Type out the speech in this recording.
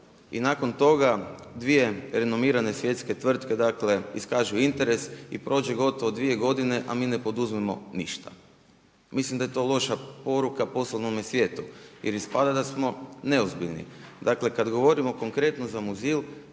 I nakon toga 2 renovirane svjetske tvrtke iskažu interes i prođe gotovo 2 godine, a mi ne poduzmemo ništa. Mislim da je to loša poruka poslovnome svijetu, jer ispada da smo neozbiljni. Dakle, kad govorimo konkretno za mozil,